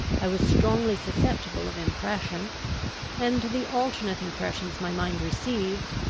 i was strongly susceptible of impression and the alternate impressions my mind received,